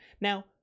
Now